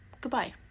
Goodbye